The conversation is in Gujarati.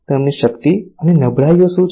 તેમની શક્તિ અને નબળાઈઓ શું છે